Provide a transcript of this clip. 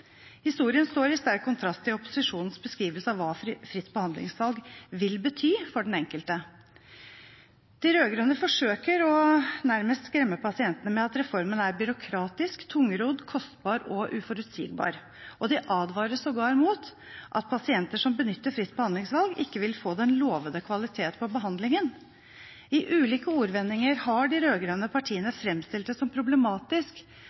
Historien står i sterk kontrast til opposisjonens beskrivelse av hva fritt behandlingsvalg vil bety for den enkelte. De rød-grønne forsøker nærmest å skremme pasientene med at reformen er byråkratisk, tungrodd, kostbar og uforutsigbar, og de advarer sågar mot at pasienter som benytter fritt behandlingsvalg, ikke vil få den lovede kvaliteten på behandlingen. I ulike ordvendinger har de rød-grønne partiene framstilt det som problematisk